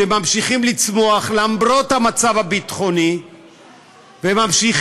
שממשיכים לצמוח למרות המצב הביטחוני וממשיכים